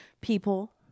people